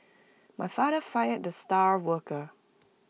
my father fired the star worker